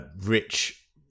rich